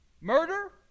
Murder